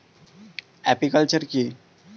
Apiculture কি?